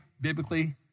biblically